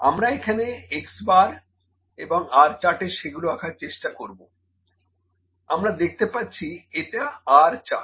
আমরা এখানে x bar এবং R চার্টে সেগুলি আঁকার চেষ্টা করবো আমরা দেখতে পাচ্ছি এটা R চার্ট